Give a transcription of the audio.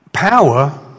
Power